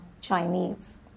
Chinese